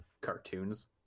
cartoons